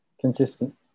consistent